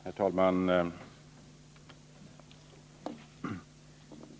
Herr talman!